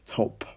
top